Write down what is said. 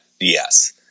yes